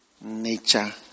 Nature